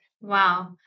Wow